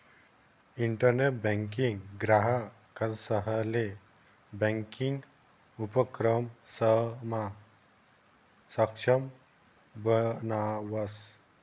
internet banking ग्राहकंसले banking उपक्रमसमा सक्षम बनावस